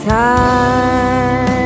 time